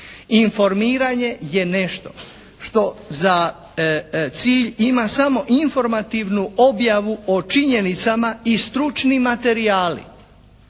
Informiranje je nešto što za cilj ima samo informativnu objavu o činjenicama i stručni materijali.